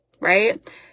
right